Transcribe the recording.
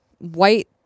white